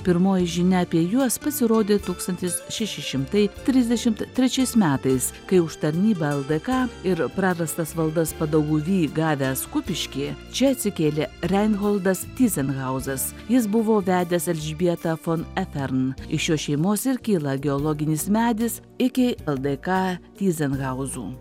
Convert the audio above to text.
pirmoji žinia apie juos pasirodė tūkstantis šeši šimtai trisdešimt trečiais metais kai už tarnybą ldk ir prarastas valdas padauguvy gavęs kupiškyje čia atsikėlė renholdas tyzenhauzas jis buvo vedęs elžbietą fon efern iš šios šeimos ir kyla geologinis medis iki ldk tyzenhauzų